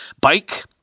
Bike